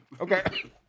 Okay